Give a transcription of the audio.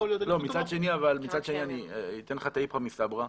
מצד שני, אני אתן לך את האפכא מסתברא,